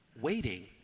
Waiting